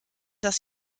dass